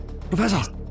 Professor